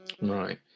Right